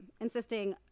insisting